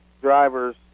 drivers